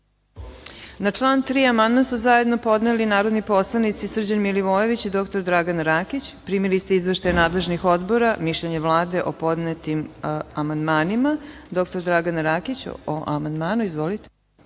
Na član 3. amandman su zajedno podneli narodni poslanici Srđan Milivojević i dr Dragana Rakić. Primili ste izveštaje nadležnih odbora i mišljenje Vlade o podnetim amandmanima. Doktor Dragana Rakić o amandmanu. Izvolite.